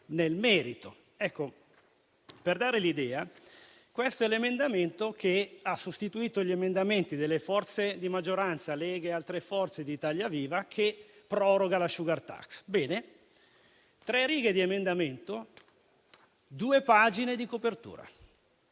nel merito. Ecco, per darvi l'idea, l'emendamento che ha sostituito gli emendamenti delle Forze di maggioranza, Lega e altre forze di Italia Viva, che proroga la *sugar tax*, vede tre righe di emendamento e due pagine di copertura,